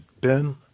ben